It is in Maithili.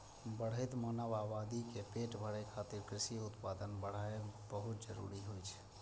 बढ़ैत मानव आबादी के पेट भरै खातिर कृषि उत्पादन बढ़ाएब बहुत जरूरी होइ छै